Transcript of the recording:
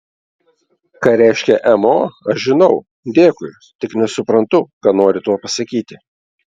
ką reiškia mo aš žinau dėkui tik nesuprantu ką nori tuo pasakyti